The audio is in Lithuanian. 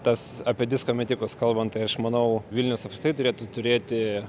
tas apie disko metikus kalbant tai aš manau vilnius apskritai turėtų turėti